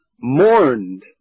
mourned